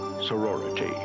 Sorority